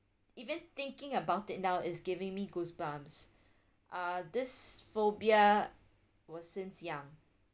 even thinking about it now is giving me goosebumps uh this phobia was since young